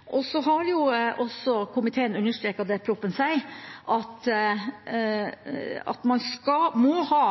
og så sikkert som overhodet mulig for pasientene. Det er det jeg forstår at proposisjonen legger opp til. Komiteen har også understreket det proposisjonen sier, at man må ha